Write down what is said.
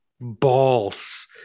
balls